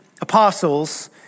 apostles